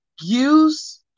Use